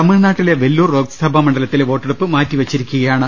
തമിഴ്നാട്ടിലെ വെല്ലൂർ ലോക്സഭാ മണ്ഡലത്തി ലെ വോട്ടെടുപ്പ് മാറ്റിവെച്ചിരിക്കയാണ്